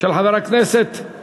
תודה לחברת הכנסת.